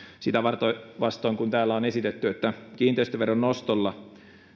sitä vastoin kun täällä on esitetty että kiinteistöveron nostolla